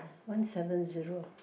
one seven zero